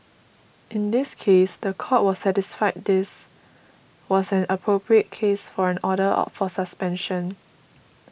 in this case the Court was satisfied this was an appropriate case for an order for suspension